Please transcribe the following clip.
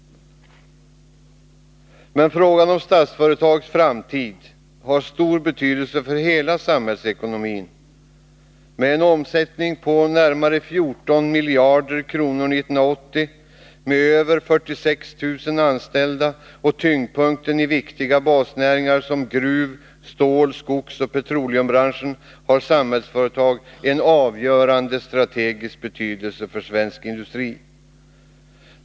Men frågan om Statsföretags framtid har stor betydelse för hela samhällsekonomin. Med en omsättning på närmare 14 miljarder kronor 1980, med över 46 000 anställda och tyngdpunkten i viktiga basnäringar som gruv-, stål-, skogsoch petroleumbranschen har Statsföretag en avgörande strategisk betydelse för svensk industri.